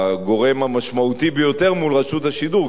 הגורם המשמעותי ביותר מול רשות השידור,